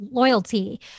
loyalty